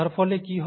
তার ফলে কি হয়